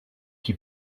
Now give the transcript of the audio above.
qui